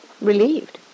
Relieved